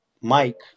Mike